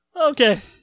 Okay